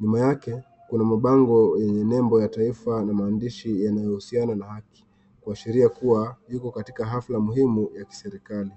Nyuma yake kuna mabango yenye nembo ya taifa na maandishi yanayohusiana na haki, kuashiria kuwa yuko katika hafla muhimu ya kiserikali.